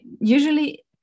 Usually